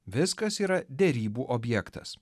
viskas yra derybų objektas